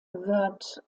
wird